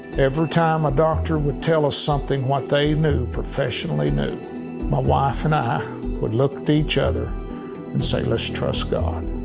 every time a doctor would tell us something what they knew professionally knew my wife and i would look at each other and say let's trust god.